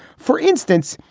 for instance,